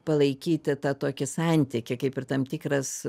palaikyti tą tokį santykį kaip ir tam tikras